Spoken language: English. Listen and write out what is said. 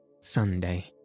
Sunday